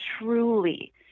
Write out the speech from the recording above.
truly